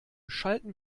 schalten